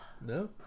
No